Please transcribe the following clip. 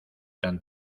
tan